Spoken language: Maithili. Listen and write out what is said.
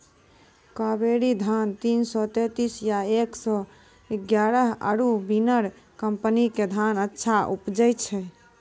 कावेरी धान तीन सौ तेंतीस या एक सौ एगारह आरु बिनर कम्पनी के धान अच्छा उपजै छै?